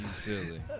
silly